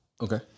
Okay